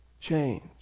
change